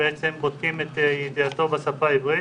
שבודקים את ידיעתו בשפה העברית,